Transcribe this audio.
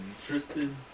Tristan